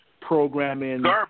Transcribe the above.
programming